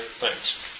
Thanks